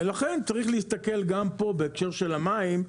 ולכן צריך להסתכל גם פה בהקשר של המים,